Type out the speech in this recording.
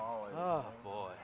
oh boy